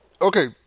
okay